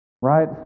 right